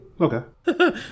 Okay